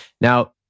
Now